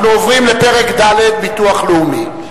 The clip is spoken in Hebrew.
אנחנו עוברים לפרק ד': ביטוח לאומי.